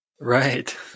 Right